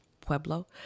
pueblo